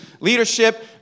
leadership